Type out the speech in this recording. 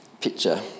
picture